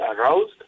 aroused